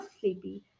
sleepy